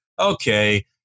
okay